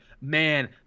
man